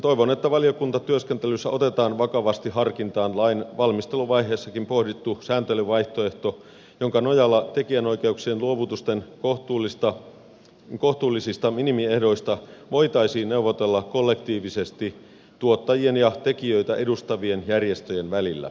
toivon että valiokuntatyöskentelyssä otetaan vakavasti harkintaan lain valmisteluvaiheessakin pohdittu sääntelyvaihtoehto jonka nojalla tekijänoikeuksien luovutusten kohtuullisista minimiehdoista voitaisiin neuvotella kollektiivisesti tuottajien ja tekijöitä edustavien järjestöjen välillä